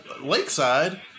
Lakeside